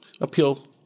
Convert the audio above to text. appeal